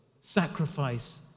sacrifice